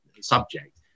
subject